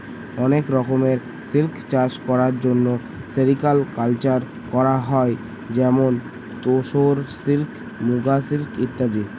অনেক রকমের সিল্ক চাষ করার জন্য সেরিকালকালচার করা হয় যেমন তোসর সিল্ক, মুগা সিল্ক ইত্যাদি